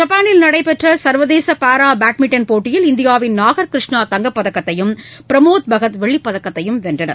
ஜப்பானில் நடைபெற்ற சர்வதேச பாரா பேட்மிண்டன் போட்டியில் இந்தியாவின் நாகர் கிருஷ்ணா தங்கப்பதக்கத்தையும் பிரமோத் பகத் வெள்ளிப் பதக்கத்தையும் வென்றனர்